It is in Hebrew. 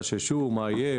חששו מה יהיה,